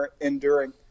enduring